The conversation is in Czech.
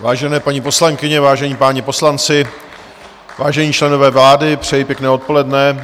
Vážené paní poslankyně, vážení páni poslanci, vážení členové vlády, přeji pěkné odpoledne.